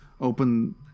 open